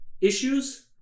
issues